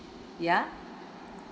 ya